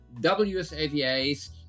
WSAVA's